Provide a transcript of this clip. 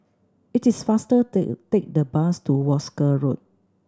it is faster to take the bus to Wolskel Road